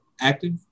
active